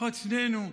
לפחות שנינו,